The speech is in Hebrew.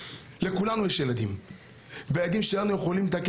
לכולנו יש ילדים והילדים שלנו יכולים להיתקל